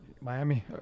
Miami